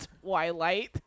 Twilight